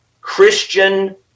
Christian